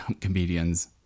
comedians